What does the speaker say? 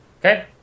Okay